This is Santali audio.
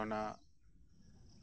ᱚᱱᱟ